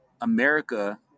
America